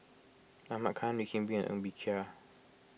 Ahmad Khan Wee Kim Wee Ng Bee Kia